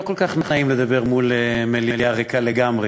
לא כל כך נעים לדבר מול מליאה ריקה לגמרי,